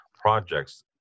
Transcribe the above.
projects